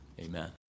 Amen